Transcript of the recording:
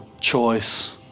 choice